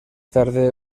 tarde